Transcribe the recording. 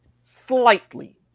Slightly